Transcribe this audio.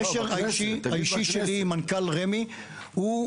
הקשר האישי שלי עם מנכ"ל רמ"י הוא,